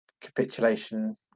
capitulation